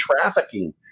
trafficking